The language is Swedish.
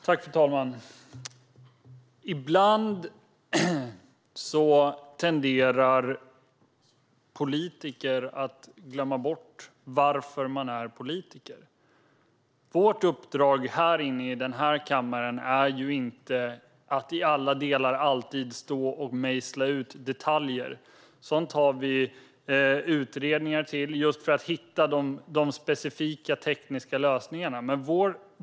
Fru talman! Ibland tenderar politiker att glömma bort varför de är politiker. Vårt uppdrag i denna kammare är inte att i alla delar alltid stå och mejsla ut detaljer. Sådant har vi utredningar till, just för att hitta de specifika tekniska lösningarna.